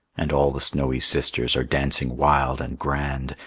and all the snowy sisters are dancing wild and grand,